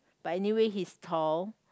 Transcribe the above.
but anyway he's tall